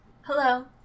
Hello